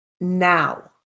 now